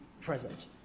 present